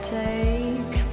take